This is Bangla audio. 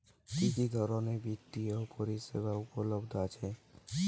কি কি ধরনের বৃত্তিয় পরিসেবা উপলব্ধ আছে?